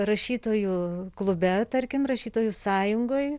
rašytojų klube tarkim rašytojų sąjungoj